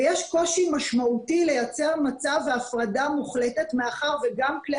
ויש קושי משמעותי לייצר מצב והפרדה מוחלטת מאחר שגם כלי